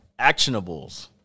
actionables